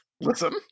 Listen